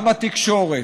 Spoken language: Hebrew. גם התקשורת,